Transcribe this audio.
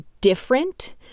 different